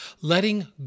Letting